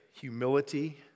humility